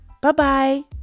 Bye-bye